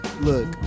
Look